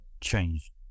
changed